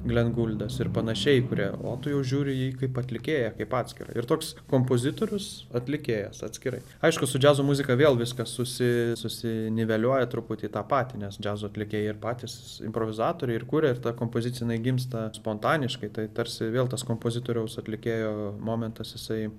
glenguldas ir panašiai kurie o tu jau žiūri į jį kaip atlikėją kaip atskirą ir toks kompozitorius atlikėjas atskirai aišku su džiazo muzika vėl viskas susi susiniveliuoja truputį tą patį nes džiazo atlikėjai ir patys improvizatoriai ir kuria ir ta kompozic inai gimsta spontaniškai tai tarsi vėl tas kompozitoriaus atlikėjo momentas jisai